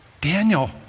Daniel